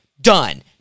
Done